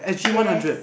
yes